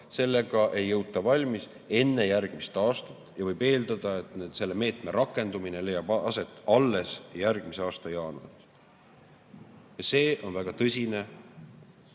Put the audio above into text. sellega valmis enne järgmist aastat. Võib eeldada, et selle meetme rakendumine leiab aset alles järgmise aasta jaanuaris. See on väga tõsine